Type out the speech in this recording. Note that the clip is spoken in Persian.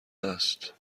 است